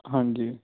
ਹਾਂਜੀ